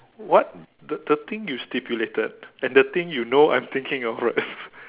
what the the thing you stipulated and the thing you know I'm thinking of right